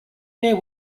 bear